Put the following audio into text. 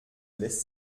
lässt